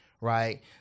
right